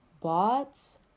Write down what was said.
bots